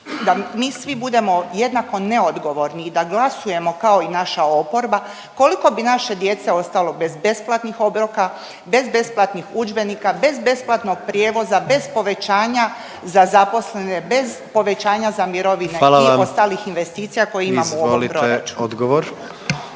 da mi svi budemo jednako neodgovorni i da glasujemo kao i naša oporba koliko bi naše djece ostalo bez besplatnih obroka, bez besplatnih udžbenika, bez besplatnog prijevoza, bez povećanja za zaposlene, bez povećanja za mirovine … …/Upadica predsjednik: Hvala vam./… … i ostalih